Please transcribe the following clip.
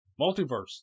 multiverse